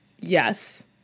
Yes